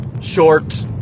short